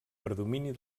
predomini